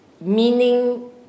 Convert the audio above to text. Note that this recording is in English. Meaning